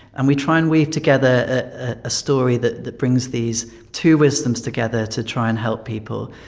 and we try and weave together a story that that brings these two wisdoms together to try and help people.